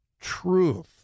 truth